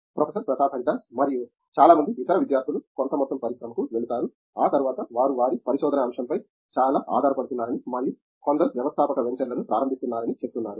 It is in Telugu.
ప్రొఫెసర్ ప్రతాప్ హరిదాస్ మరియు చాలా మంది ఇతర విద్యార్థులు కొంత మొత్తం పరిశ్రమకు వెళుతారు ఆ తర్వాత వారు వారి పరిశోధనా అంశంపై చాలా ఆధారపడుతున్నారని మరియు కొందరు వ్యవస్థాపక వెంచర్లను ప్రారంభిస్తున్నారని చెప్తున్నారు